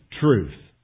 truth